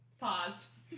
Pause